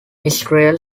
israel